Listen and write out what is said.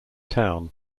town